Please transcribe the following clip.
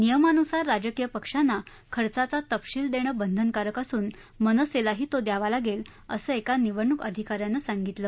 नियमानुसार राजकीय पक्षांना खर्चाचा तपशील देणं बंधनकारक असुन मनसेलाही तो द्यावा लागेल असं एका निवडणूक अधिकाऱ्यानं सांगितलं